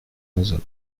назад